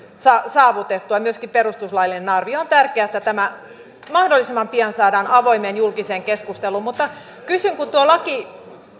saavutettua ja myöskin perustuslaillinen arvio on tärkeää että tämä mahdollisimman pian saadaan avoimeen julkiseen keskusteluun mutta kysyn kun tuo laki